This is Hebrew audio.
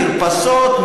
מרפסות,